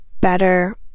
better